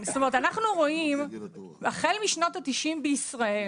אנחנו רואים, החל משנות ה-90 בישראל,